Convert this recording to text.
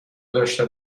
داشته